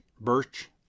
Birch